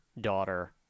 daughter